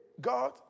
God